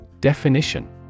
Definition